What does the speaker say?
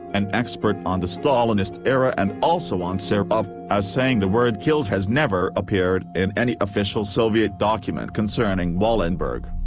an expert on the stalinist era and also on serov, as saying the word killed has never appeared in any official soviet document concerning wallenberg.